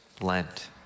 Lent